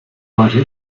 heute